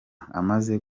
amaze